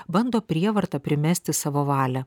bando prievarta primesti savo valią